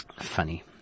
Funny